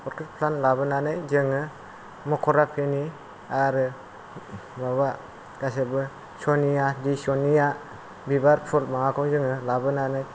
orchid plant लाबोनानै जोङो मकर आख्रिनि आरो माबा गासिबो सनिया जिसनिया बिबार फुल माबाखौ जोंङो लाबोनानै